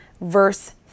verse